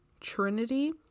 Trinity